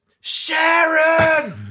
Sharon